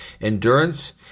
endurance